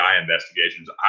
investigations